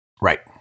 Right